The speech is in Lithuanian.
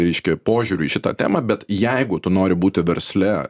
reiškia požiūrių į šitą temą bet jeigu tu nori būti versle